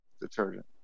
detergent